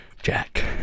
Jack